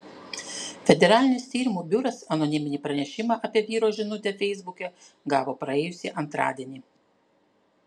federalinis tyrimų biuras anoniminį pranešimą apie vyro žinutę feisbuke gavo praėjusį antradienį